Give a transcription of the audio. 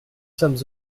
sommes